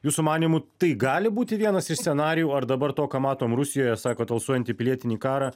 jūsų manymu tai gali būti vienas iš scenarijų ar dabar to ką matom rusijoje sako tausojantį pilietinį karą